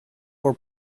for